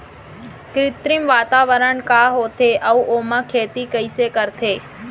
कृत्रिम वातावरण का होथे, अऊ ओमा खेती कइसे करथे?